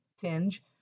tinge